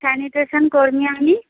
sanitation কর্মী আমি